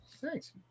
Thanks